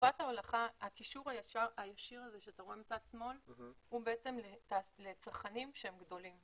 הקישור הישיר שאתה רואה מצד שמאל הוא לצרכנים גדולים,